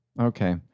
Okay